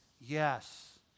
Yes